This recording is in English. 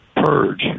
purge